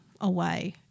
away